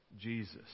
Jesus